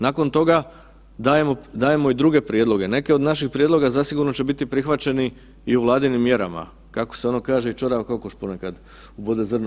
Nakon toga dajemo i druge prijedloge, neke od naših prijedloga zasigurno će biti prihvaćeni i u vladinim mjerama, kako se ono kaže i ćorava kokoš ponekad ubode zrno.